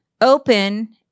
open